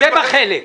זה בחלק.